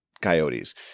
coyotes